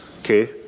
Okay